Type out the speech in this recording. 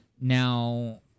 Now